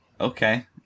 Okay